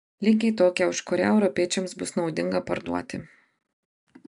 lygiai tokią už kurią europiečiams bus naudinga parduoti